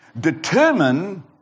determine